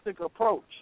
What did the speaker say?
approach